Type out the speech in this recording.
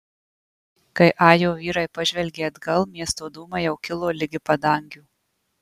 kai ajo vyrai pažvelgė atgal miesto dūmai jau kilo ligi padangių